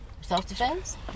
Self-defense